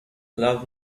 love